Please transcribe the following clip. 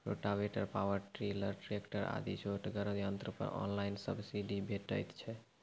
Rotavator, power tiller, tractor आदि छोटगर यंत्र पर ऑनलाइन सब्सिडी भेटैत छै?